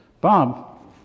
Bob